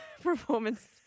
performance